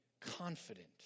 confident